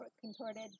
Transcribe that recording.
contorted